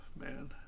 man